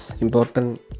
important